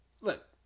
Look